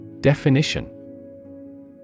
Definition